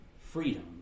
freedom